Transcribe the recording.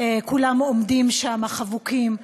כולם עומדים שם חבוקים.